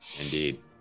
indeed